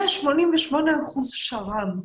188% שר"ם.